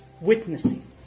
witnessing